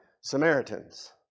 Samaritans